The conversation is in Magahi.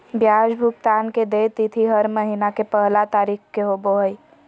ब्याज भुगतान के देय तिथि हर महीना के पहला तारीख़ के होबो हइ